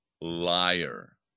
liar